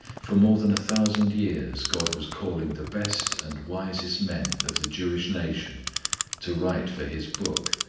for more than a thousand years god was calling the best and wisest men of the jewish nation to write for his book.